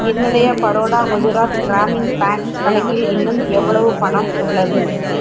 என்னுடைய பரோடா குஜராத் கிராமின் பேங்க் கணக்கில் இன்னும் எவ்வளவு பணம் உள்ளது